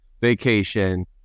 vacation